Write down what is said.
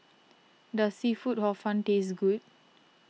does Seafood Hor Fun taste good